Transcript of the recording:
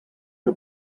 que